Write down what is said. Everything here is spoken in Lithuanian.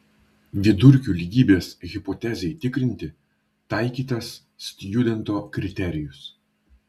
vidurkių lygybės hipotezei tikrinti taikytas stjudento kriterijus